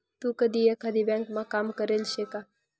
तू कधी एकाधी ब्यांकमा काम करेल शे का?